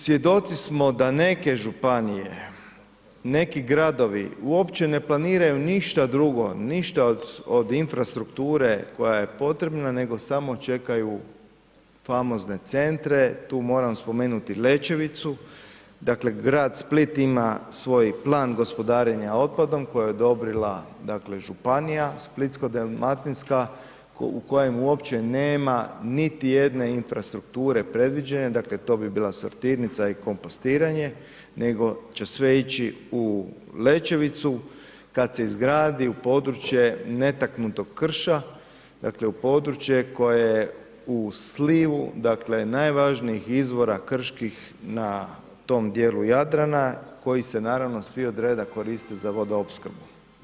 Svjedoci smo da neke županije, neki gradovi uopće ne planiraju ništa drugo, ništa od infrastrukture koja je potrebna nego samo čekaju famozne centre, tu moram spomenuti Lećevicu, dakle grad Split ima svoj plan gospodarenja otpadom koji je odobrila dakle županija, Splitsko-dalmatinska u kojem uopće nema niti jedne infrastrukture predviđene, dakle to bi bila sortirnica i kompostiranje nego će sve ići u Lećevicu kad se izgradi u područje netaknutog krša, u područje koje u slivu najvažnijih izvora krških na tom dijelu Jadrana, koji se naravno svi odreda koriste za vodoopskrbu.